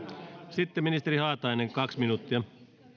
sitten ministeri haatainen kaksi minuuttia